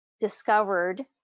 discovered